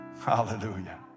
Hallelujah